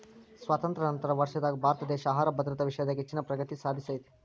ಸ್ವಾತಂತ್ರ್ಯ ನಂತರದ ವರ್ಷದಾಗ ಭಾರತದೇಶ ಆಹಾರ ಭದ್ರತಾ ವಿಷಯದಾಗ ಹೆಚ್ಚಿನ ಪ್ರಗತಿ ಸಾಧಿಸೇತಿ